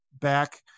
back